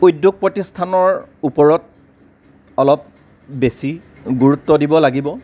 উদ্যোগ প্ৰতিষ্ঠানৰ ওপৰত অলপ বেছি গুৰুত্ব দিব লাগিব